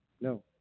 No